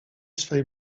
swej